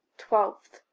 twelve.